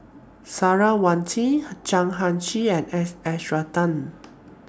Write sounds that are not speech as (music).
Sarah (unintelligible) Chan Heng Chee and S S Ratnam